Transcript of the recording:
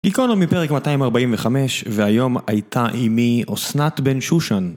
גיקונומי פרק 245, והיום הייתה עימי אסנת בן שושן.